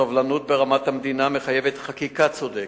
סובלנות ברמת המדינה מחייבת חקיקה צודקת,